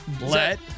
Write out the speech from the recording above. let